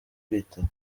kwitaba